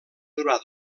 durar